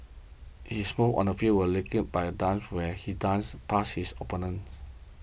his move on the field were likened by a dance where he dance past his opponents